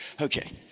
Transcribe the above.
Okay